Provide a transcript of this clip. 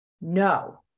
no